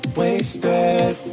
wasted